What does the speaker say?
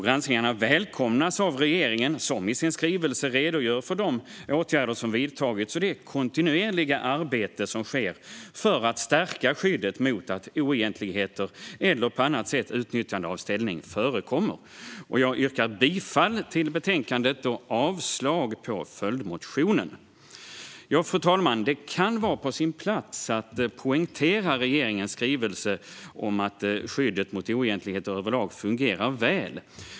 Granskningarna välkomnas av regeringen, som i sin skrivelse redogör för de åtgärder som vidtagits och det kontinuerliga arbete som sker för att stärka skyddet mot att oegentligheter eller på annat sätt utnyttjande av ställning förekommer. Jag yrkar bifall till utskottets förslag i betänkandet och avslag på följdmotionen. Fru talman! Det kan vara på sin plats att poängtera regeringens skrivelse om att skyddet mot oegentligheter överlag fungerar väl.